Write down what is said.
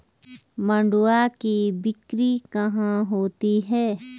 मंडुआ की बिक्री कहाँ होती है?